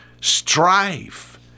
strife